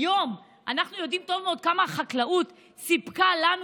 היום אנחנו יודעים טוב מאוד כמה החקלאות סיפקה לנו